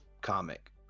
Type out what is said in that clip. comic